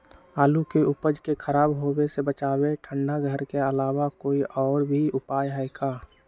आलू के उपज के खराब होवे से बचाबे ठंडा घर के अलावा कोई और भी उपाय है का?